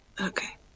Okay